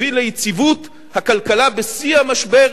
הביא ליציבות הכלכלה בשיא המשבר